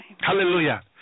Hallelujah